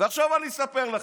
עכשיו אני אספר לכם.